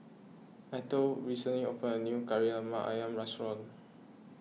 Eithel recently opened a new Kari Lemak Ayam restaurant